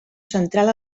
central